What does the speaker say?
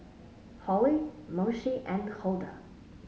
Holly Moshe and Huldah